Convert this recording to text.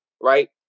right